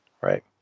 Right